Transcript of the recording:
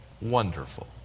Wonderful